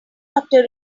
after